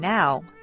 Now